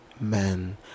Men